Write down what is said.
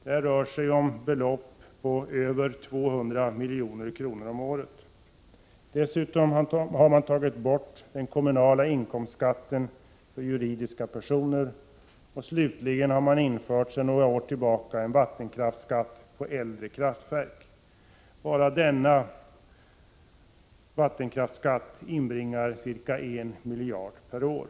Det rör sig om ett belopp på över 200 milj.kr. per år. Dessutom har man tagit bort den kommunala inkomstskatten för juridiska personer, och för några år sedan infördes en vattenkraftsskatt på äldre kraftverk. Bara denna vattenkraftsskatt inbringar ca 1 miljard kronor per år.